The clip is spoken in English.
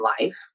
life